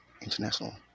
international